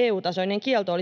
Tämä on ollut